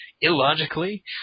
illogically